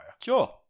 Sure